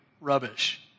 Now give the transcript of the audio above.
rubbish